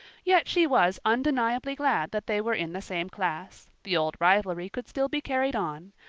yet she was undeniably glad that they were in the same class the old rivalry could still be carried on,